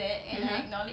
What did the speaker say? (uh huh)